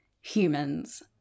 Humans